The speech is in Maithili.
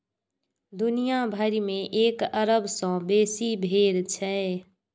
दुनिया भरि मे एक अरब सं बेसी भेड़ छै